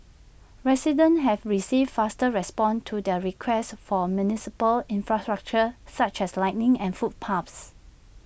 residents have received faster responses to their requests for municipal infrastructure such as lighting and footpaths